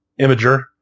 imager